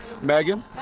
megan